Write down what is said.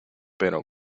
pero